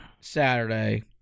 Saturday